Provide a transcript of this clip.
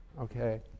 Okay